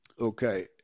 okay